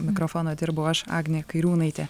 mikrofono dirbu aš agnė kairiūnaitė